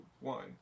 One